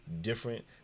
Different